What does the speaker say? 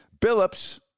Billups